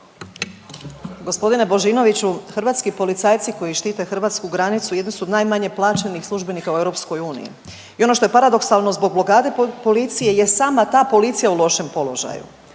G. Božinoviću, hrvatski policajci koji štite hrvatsku granicu jedni su od najmanje plaćenih službenika u EU i ono što je paradoksalno, zbog blokade policije je sama ta policija u lošem položaju